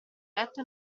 letto